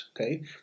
okay